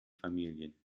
familien